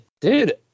dude